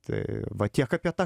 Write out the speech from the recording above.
tai va tiek apie tą